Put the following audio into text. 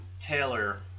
Taylor